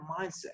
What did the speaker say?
mindset